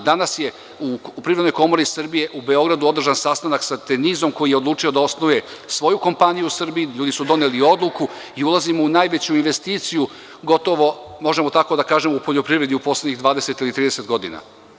Danas je u Privrednoj komori Srbije u Beogradu održan sastanak sa „Tenisom“, koji je odlučio da osnuje svoju kompaniju u Srbiji, ljudi su doneli odluku i ulazimo u najveću investiciju u poljoprivredi, možemo tako da kažemo, u poslednjih 20 ili 30 godina.